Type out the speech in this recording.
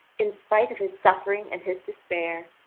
in spite of his suffering and his despair,